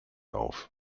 auf